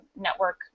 network